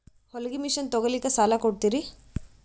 ಹೊಲಗಿ ಮಷಿನ್ ತೊಗೊಲಿಕ್ಕ ಸಾಲಾ ಕೊಡ್ತಿರಿ?